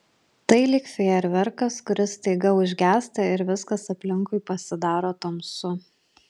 tai lyg fejerverkas kuris staiga užgęsta ir viskas aplinkui pasidaro tamsu